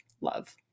love